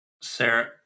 Sarah